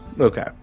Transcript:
Okay